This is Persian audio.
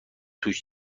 توش